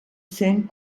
zen